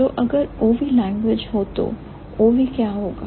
तो अगर OV language हो तो OV क्या होगा